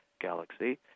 galaxy